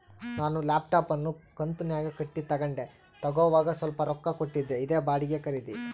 ನಾನು ಲ್ಯಾಪ್ಟಾಪ್ ಅನ್ನು ಕಂತುನ್ಯಾಗ ಕಟ್ಟಿ ತಗಂಡೆ, ತಗೋವಾಗ ಸ್ವಲ್ಪ ರೊಕ್ಕ ಕೊಟ್ಟಿದ್ದೆ, ಇದೇ ಬಾಡಿಗೆ ಖರೀದಿ